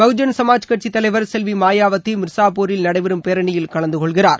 பகுஜன்சமாஜ் கட்சி தலைவர் செல்வி மாயாவதி மிர்ஸாபூரில் நடைபெறும் பேரணியில் கலந்துகொள்கிறார்